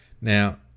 Now